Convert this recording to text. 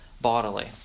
bodily